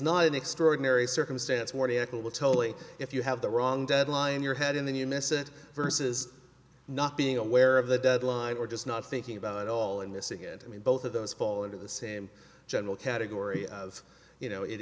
not an extraordinary circumstance more typical tolly if you have the wrong deadline your head in the new knesset versus not being aware of the deadline or just not thinking about it all and missing it i mean both of those fall into the same general category of you know it